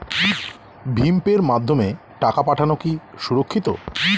ভিম পের মাধ্যমে টাকা পাঠানো কি সুরক্ষিত?